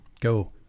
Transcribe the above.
Go